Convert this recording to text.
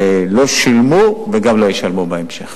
לא שילמו וגם לא ישלמו בהמשך.